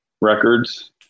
Records